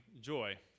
joy